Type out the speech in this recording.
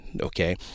Okay